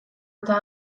eta